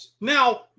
Now